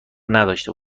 نداشته